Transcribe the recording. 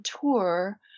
tour